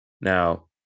Now